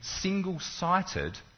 single-sighted